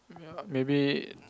maybe